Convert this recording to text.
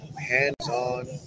hands-on